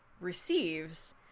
receives